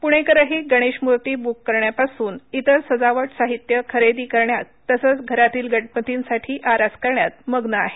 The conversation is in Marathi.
प्णेकरही गणेश मूर्ती ब्क करण्यापासून इतर सजावट साहित्य खरेदी विक्री करण्यात तसंच घरातील गणपतींसाठी आरास करण्यात मग्न आहेत